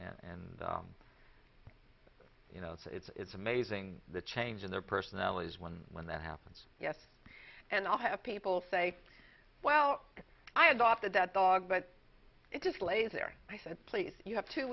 and you know it's amazing the change in their personalities when when that happens yes and i'll have people say well i adopted that dog but it just lays there i said please you have two